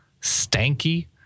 stanky